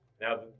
Now